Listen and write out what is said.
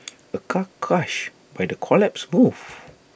A car crushed by the collapsed roof